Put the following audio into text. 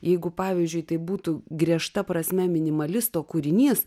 jeigu pavyzdžiui tai būtų griežta prasme minimalisto kūrinys